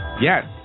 Yes